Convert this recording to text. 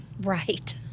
Right